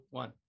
one